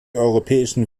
europäischen